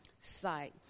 sight